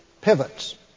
pivots